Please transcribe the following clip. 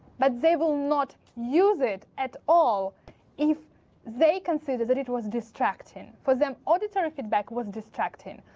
but they will not use it at all if they consider that it was distracting. for them auditory feedback was distracting,